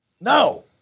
No